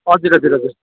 हजुर हजुर हजुर